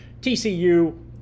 TCU